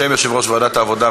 בשם יושב-ראש ועדת העבודה,